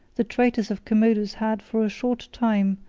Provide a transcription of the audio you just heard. the terrors of commodus had, for a short time,